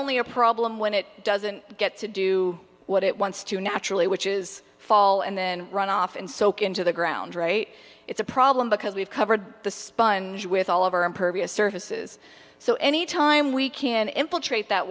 only a problem when it doesn't get to do what it wants to naturally which is fall and then run off and soak into the ground right it's a problem because we've covered the sponge with all of our impervious surfaces so any time we can implicate that